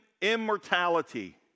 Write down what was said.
immortality